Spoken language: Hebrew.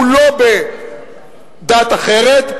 הוא לא בדת אחרת,